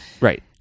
right